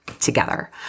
together